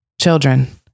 children